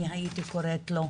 הייתי קוראת לזה.